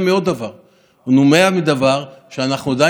העובדה שאנחנו באמת אט-אט חוזרים לשגרת חיים מבורכת בישראל,